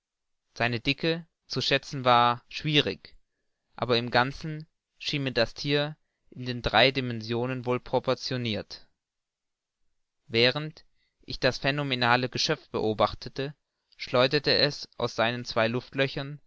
seine dicke zu schätzen war schwierig aber im ganzen schien mir das thier in den drei dimensionen wohl proportionirt während ich das phänomenale geschöpf beobachtete schleuderte es aus seinen zwei